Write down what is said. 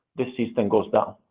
the system goes down.